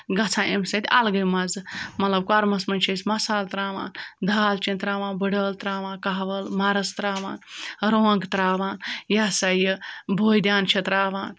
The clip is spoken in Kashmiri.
گژھان ایٚمہِ سۭتۍ الگٕے مَزٕ مطلب کوٚرمَس منٛز چھِ أسۍ مصالہٕ ترٛاوان دالچیٖن ترٛاوان بٕڈٕعٲل ترٛاوان کَہوٕ عٲل مَرٕژ ترٛاوان رۄنٛگ ترٛاوان یہِ ہَسا یہِ بٲدیان چھِ ترٛاوان